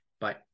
Bye